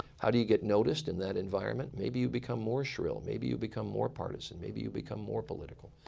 how do you get noticed in that environment? maybe you become more shrill. maybe you become more partisan. maybe you become more political.